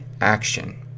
action